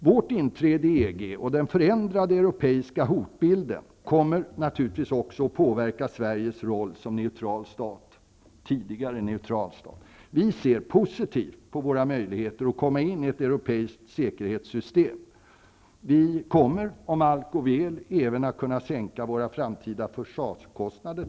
Vårt inträde i EG och den förändrade europeiska hotbilden kommer naturligtvis också att påverka Sveriges roll som tidigare neutral stat. Vi ser positivt på Sveriges möjligheter att komma in i ett europeiskt säkerhetssystem. Vi kommer tack vare det, om allt går väl, även att kunna sänka våra framtida försvarskostnader.